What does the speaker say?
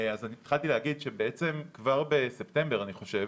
אז התחלתי להגיד שבעצם כבר בספטמבר אני חושב,